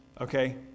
Okay